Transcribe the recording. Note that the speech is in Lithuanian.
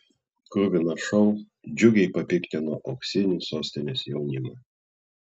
kruvinas šou džiugiai papiktino auksinį sostinės jaunimą